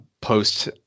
post